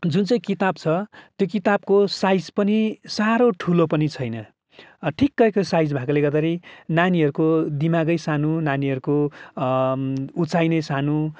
जुन चाहिँ किताब छ त्यो किताबको साइज पनि साह्रो ठुलो पनि छैन ठिक्कैको साइज भएकोले गर्दाखेरि नानीहरूको दिमागै सानो नानीहरूको उचाइ नै सानो